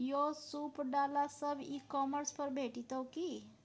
यौ सूप डाला सब ई कॉमर्स पर भेटितै की?